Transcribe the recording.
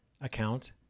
account